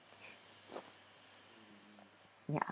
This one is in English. ya